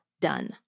done